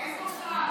אין פה שר.